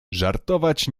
żartować